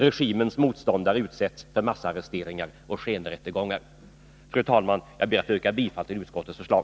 Regimens motståndare utsätts för massarresteringar och skenrättegångar. Fru talman! Jag ber att få yrka bifall till utskottets förslag.